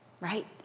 Right